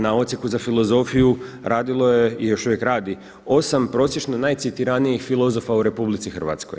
Na odsjeku za filozofiju radilo je i još uvijek radi 8 prosječno najcitiranijih filozofa u RH.